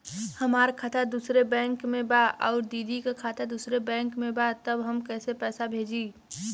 हमार खाता दूसरे बैंक में बा अउर दीदी का खाता दूसरे बैंक में बा तब हम कैसे पैसा भेजी?